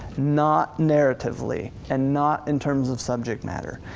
not narratively and not in terms of subject matter.